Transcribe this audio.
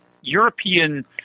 European